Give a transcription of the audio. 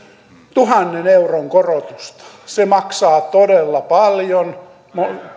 tuhannen euron korotusta se maksaa todella paljon kolmesataa